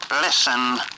Listen